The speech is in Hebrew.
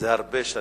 זה הרבה שנים.